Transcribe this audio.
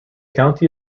county